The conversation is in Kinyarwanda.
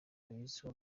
abiziho